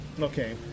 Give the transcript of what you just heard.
Okay